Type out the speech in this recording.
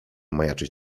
majaczyć